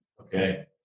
Okay